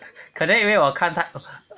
可能因为我看到